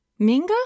Minga